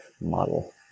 model